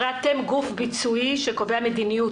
הרי אתם גוף ביצועי שקובע מדיניות,